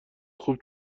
خوب